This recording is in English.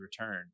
return